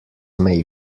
may